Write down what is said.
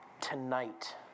Tonight